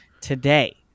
today